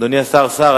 אדוני השר סער,